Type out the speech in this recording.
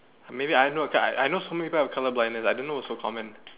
maybe I know because I know so many people with color blindness I didn't know it was so common